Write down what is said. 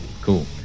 Cool